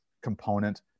component